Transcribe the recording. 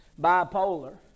Bipolar